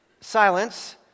silence